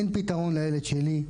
אין פתרון לילד שלי,